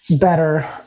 better